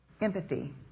Empathy